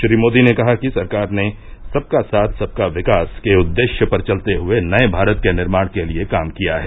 श्री मोदी ने कहा कि सरकार ने सबका साथ सबका विकास के उद्देश्य पर चलते हुए नये भारत के निर्माण के लिए काम किया है